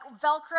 Velcro